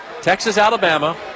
Texas-Alabama